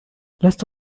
لست